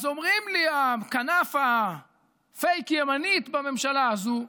אז אומרים לי, הכנף הפייק-ימנית בממשלה הזו: